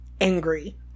angry